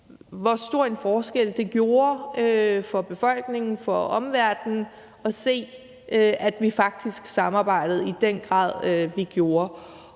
hvor stor en forskel det gjorde for befolkningen og for omverdenen at se, at vi faktisk samarbejdede i den grad, vi gjorde